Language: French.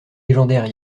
légendaires